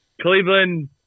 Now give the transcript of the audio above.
Cleveland